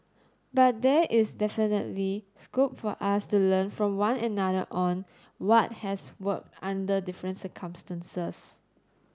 but there is definitely scope for us to learn from one another on what has worked under different circumstances